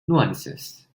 nuances